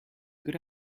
could